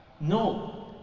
No